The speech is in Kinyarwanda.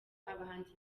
abahanzi